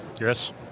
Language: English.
Yes